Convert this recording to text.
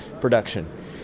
production